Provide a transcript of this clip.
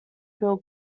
bill